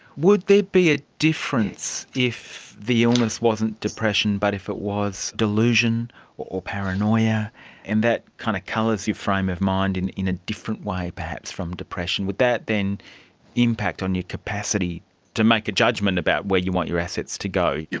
would there be a difference if the illness wasn't depression but if it was delusion or paranoia and that kind of colours your frame of mind in in a different way perhaps from depression? would that then impact on your capacity to make a judgement about where you want your assets to go?